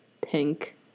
pink